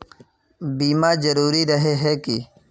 बीमा जरूरी रहे है की?